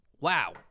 Wow